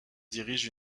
dirige